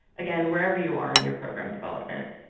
again, wherever you are in your program development.